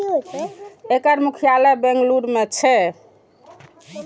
एकर मुख्यालय बेंगलुरू मे छै